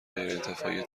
غیرانتفاعی